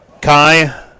Kai